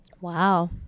Wow